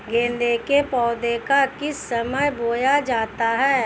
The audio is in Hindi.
गेंदे के पौधे को किस समय बोया जाता है?